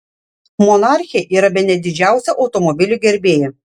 monarchė yra bene didžiausia automobilių gerbėja